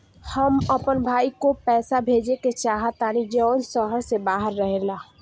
हम अपन भाई को पैसा भेजे के चाहतानी जौन शहर से बाहर रहेला